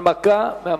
הנמקה מהמקום.